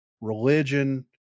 religion